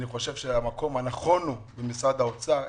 אני חושב שהמקום הנכון הוא במשרד האוצר.